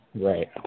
Right